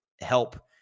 help